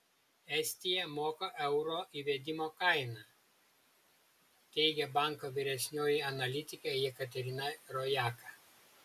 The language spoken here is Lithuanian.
estija moka euro įvedimo kainą teigia banko vyresnioji analitikė jekaterina rojaka